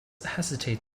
hesitated